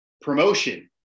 promotion